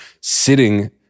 sitting